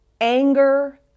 anger